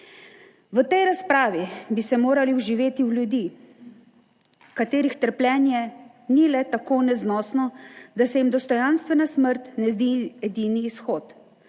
V tej razpravi bi se morali vživeti v ljudi, katerih trpljenje ni le tako neznosno, da se jim dostojanstvena smrt ne zdi edini izhod,